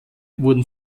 wurden